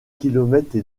kilomètres